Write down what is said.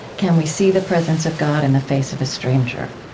can we see the presence of god in the face of a stranger?